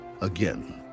again